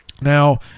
Now